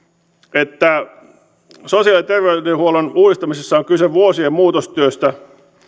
että sosiaali ja terveydenhuollon uudistamisessa on kyse vuosien muutostyöstä